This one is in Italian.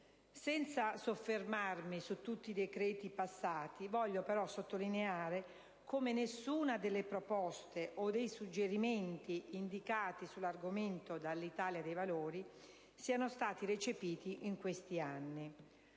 Senza soffermarmi su tutti i decreti passati, voglio però sottolineare come nessuna delle proposte o dei suggerimenti indicati sull'argomento dall'Italia dei Valori siano stati recepiti in questi anni.